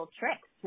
tricks